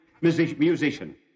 musician